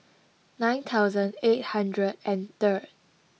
nine thousand eight hundred and third